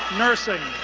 nursing.